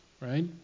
right